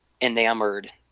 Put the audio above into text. enamored